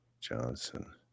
Johnson